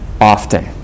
often